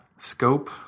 scope